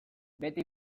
beti